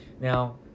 Now